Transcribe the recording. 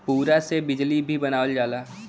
पुवरा से बिजली भी बनावल जाला